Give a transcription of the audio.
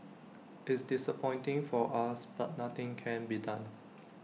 it's disappointing for us but nothing can be done